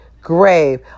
grave